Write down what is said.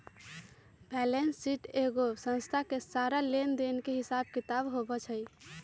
balance sheet एगो संस्था के सारा लेन देन के हिसाब किताब होई छई